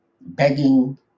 begging